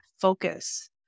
focus